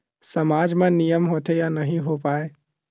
सामाज मा नियम होथे या नहीं हो वाए?